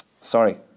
Sorry